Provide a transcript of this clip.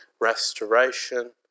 restoration